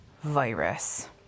virus